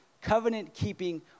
covenant-keeping